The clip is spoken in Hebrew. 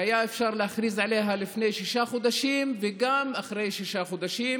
והיה אפשר להכריז עליה לפני שישה חודשים וגם אחרי שישה חודשים,